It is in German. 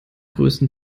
größten